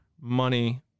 money